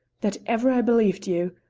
that ever i believed you!